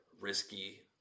risky